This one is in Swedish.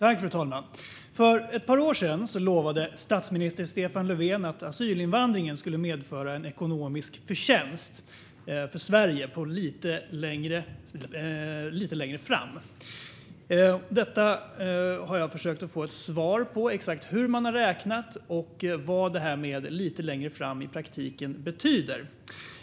Fru talman! För ett par år sedan lovade statsminister Stefan Löfven att asylinvandringen skulle medföra en ekonomisk förtjänst för Sverige lite längre fram. Detta har jag försökt att få ett svar på både när det gäller exakt hur man har räknat och när det gäller vad det här med lite längre fram i praktiken betyder.